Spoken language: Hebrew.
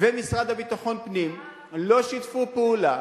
והמשרד לביטחון פנים לא שיתפו פעולה,